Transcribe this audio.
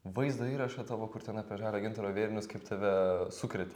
vaizdo įrašą tavo kur ten apie žalio gintaro vėrinius kaip tave sukrėtė